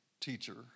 teacher